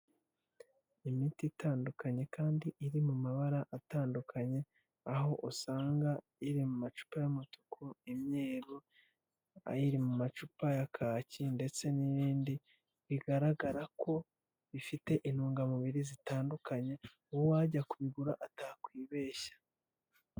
Imiti itandukanye kandi iri mu mabara atandukanye, aho usanga iri mu macupa y'umutuku, imyeru, iyiri mu macupa ya kacyi ndetse n'ibindi, bigaragara ko bifite intungamubiri zitandukanye, uwajya kubigura atakwibeshya.